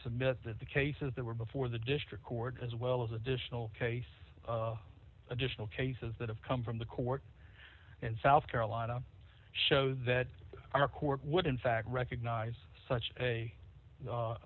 that the cases that were before the district court as well as additional case additional cases that have come from the court in south carolina show that our court would in fact recognize such a